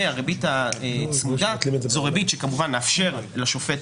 והריבית הצמודה זו ריבית שכמובן נאפשר לשופט